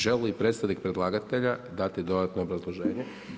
Želi li predstavnik predlagatelja dati dodatno obrazloženje?